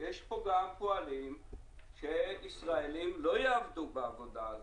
יש כאן גם פועלים ישראלים שלא יעבדו בעבודה הזאת,